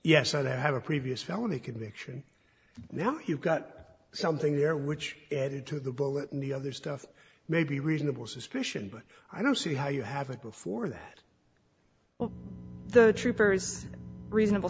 yes i have a previous felony conviction then you've got something there which added to the bulletin the other stuff maybe reasonable suspicion but i don't see how you have it before that well the troopers reasonable